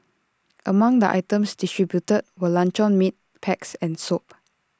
among the items distributed were luncheon meat packs and soap